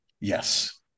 Yes